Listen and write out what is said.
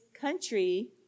country